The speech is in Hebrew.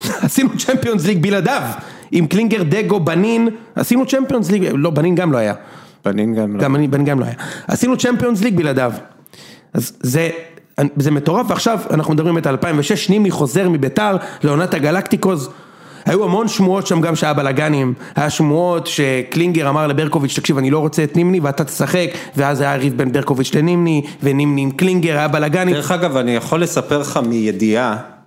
עשינו צ'מפיונס ליג בלעדיו. עם קלינגר, דגו, בנין, עשינו צ'מפיונס ליג, לא בנין גם לא היה. בנין גם לא היה. עשינו צ'מפיונס ליג בלעדיו. אז זה, זה מטורף, ועכשיו, אנחנו מדברים את 2006, נימי חוזר מביתר, לעונת הגלקטיקוז, היו המון שמועות שם גם שהיה בלאגנים, היה שמועות שקלינגר אמר לברקוביץ', תקשיב אני לא רוצה את נימני ואתה תשחק, ואז היה הריב בן ברקוביץ' לנימני, ונימני עם קלינגר היה בלגאן. דרך אגב, אני יכול לספר לך מידיעה.